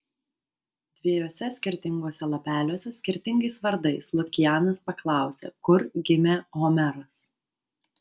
dviejuose skirtinguose lapeliuose skirtingais vardais lukianas paklausė kur gimė homeras